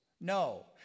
No